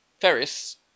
Ferris